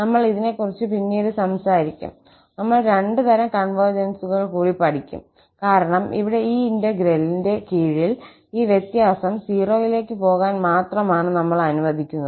നമ്മൾ ഇതിനെക്കുറിച്ച് പിന്നീട് സംസാരിക്കും നമ്മൾ രണ്ട് തരം കോൺവെർജൻസുകൾ കൂടി പഠിക്കും കാരണം ഇവിടെ ഈ ഇന്റഗ്രലിന്റെ കീഴിൽ ഈ വ്യത്യാസം 0 ലേക്ക് പോകാൻ മാത്രമാണ് നമ്മൾ അനുവദിക്കുന്നത്